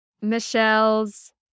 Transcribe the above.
Michelle's